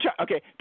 Okay